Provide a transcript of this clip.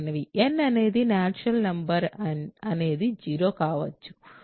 n అనేది natural number n అనేది 0 కూడా కావచ్చు